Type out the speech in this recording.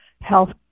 Health